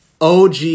OG